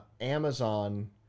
Amazon